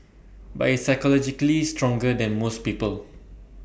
but he is psychologically stronger than most people